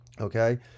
okay